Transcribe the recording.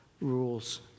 rules